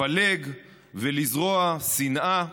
לפלג ולזרוע שנאה.